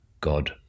God